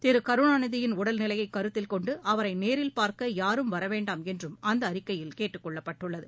திரு கருணாநிதியின் உடல்நிலையை கருத்தில் கொண்டு அவரை நேரில் பார்க்க யாரும் வரவேண்டாம் என்றும் அந்த அறிக்கையில் கேட்டுக்கொள்ளப்பட்டுள்ளது